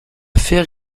faire